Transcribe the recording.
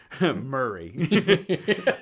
Murray